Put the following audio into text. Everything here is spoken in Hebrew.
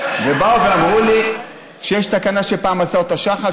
באו ואמרו לי שיש תקנה שפעם עשה אותה שחל,